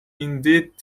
indeed